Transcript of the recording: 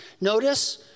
Notice